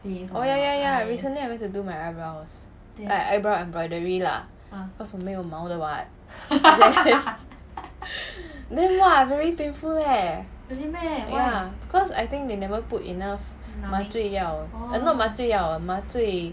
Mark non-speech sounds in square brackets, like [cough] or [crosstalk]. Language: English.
oh ya ya ya recently I went to do my eyebrows eyebrow embroidery lah cause 我没有毛的 [what] [laughs] then !wah! very painful leh ya cause I think they never put enough 麻醉药 not 麻醉药麻醉